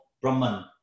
Brahman